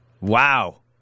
wow